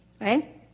right